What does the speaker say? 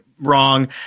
wrong